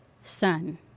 Son